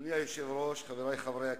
אדוני היושב-ראש, חברי חברי הכנסת,